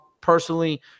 Personally